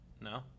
No